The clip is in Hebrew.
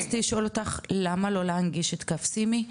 רציתי לשאול אותך למה לא להנגיש את 'קו סימי',